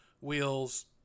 wheels